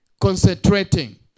concentrating